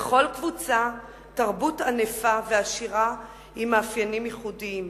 לכל קבוצה תרבות ענפה ועשירה עם מאפיינים ייחודיים.